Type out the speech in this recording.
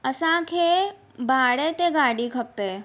असांखे भाड़े ते गाॾी खपे